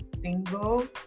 single